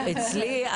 אצלי,